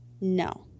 No